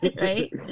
Right